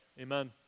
Amen